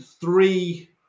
three